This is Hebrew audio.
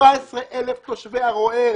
17,000 תושבי ערוער.